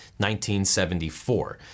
1974